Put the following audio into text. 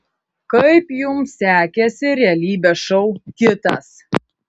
kaip jums sekėsi realybės šou kitas